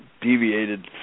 deviated